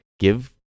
Give